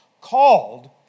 called